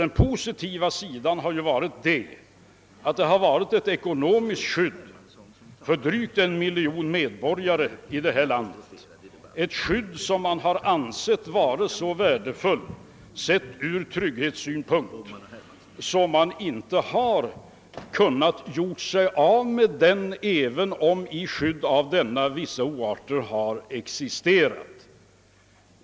Den positiva sidan har varit att det har funnits ett ekonomiskt skydd för drygt en miljon medborgare i detta land, ett skydd som man har ansett vara så värdefuwllt, sett från trygghetssynpunkt, att man inte har kunnat göra sig av med det, även om i dess hägn vissa oarter har existerat.